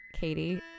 Katie